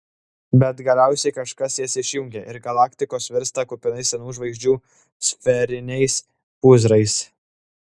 bet galiausiai kažkas jas išjungia ir galaktikos virsta kupinais senų žvaigždžių sferiniais pūzrais